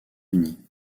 unies